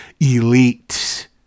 elite